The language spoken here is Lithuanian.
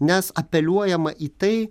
nes apeliuojama į tai